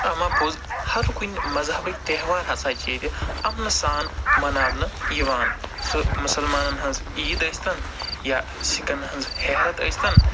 اما پوٚز ہَر کُنہِ مَذہَبٕکۍ تہوار ہَسا چھِ ییٚتہِ اَمنہٕ سان مَناونہٕ یِوان سُہ مُسلمانَن ہٕنٛز عیٖد ٲسۍتَن یا سِکَن ہٕنٛز ہیہرَتھ ٲسۍتن